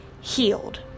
healed